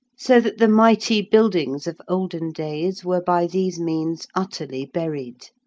so that the mighty buildings of olden days were by these means utterly buried.